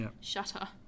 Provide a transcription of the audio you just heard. shutter